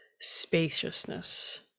spaciousness